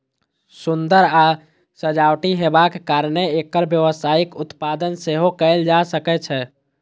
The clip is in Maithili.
सुंदर आ सजावटी हेबाक कारणें एकर व्यावसायिक उत्पादन सेहो कैल जा सकै छै